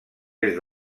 est